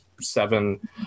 Seven